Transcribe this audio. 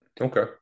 Okay